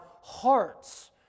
hearts